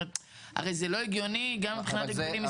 הרי זה לא הגיוני גם מבחינת הגבלים עסקיים.